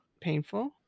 painful